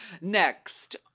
Next